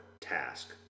task